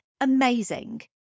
amazing